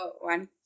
one